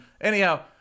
anyhow